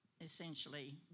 essentially